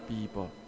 people